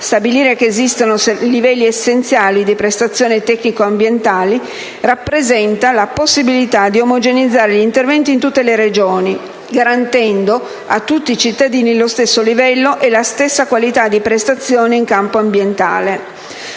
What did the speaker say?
stabilire che esistano livelli essenziali di prestazioni tecnico-ambientali rappresenta la possibilità di omogeneizzare gli interventi in tutte le Regioni, garantendo a tutti i cittadini lo stesso livello e la stessa qualità di prestazioni in campo ambientale.